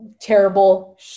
terrible